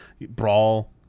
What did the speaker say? brawl